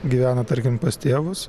gyvena tarkim pas tėvus